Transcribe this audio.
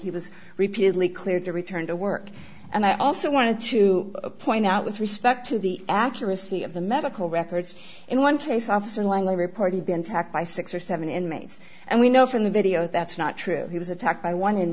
he was repeatedly cleared to return to work and i also wanted to point out with respect to the accuracy of the medical records in one case officer langley report he been tack by six or seven inmates and we know from the video that's not true he was attacked by one in